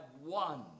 one